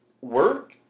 work